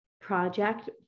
Project